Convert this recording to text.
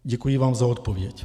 Děkuji vám za odpověď.